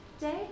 day